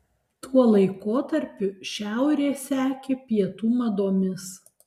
tuo laikotarpiu šiaurė sekė pietų madomis